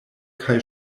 kaj